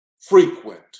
frequent